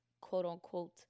quote-unquote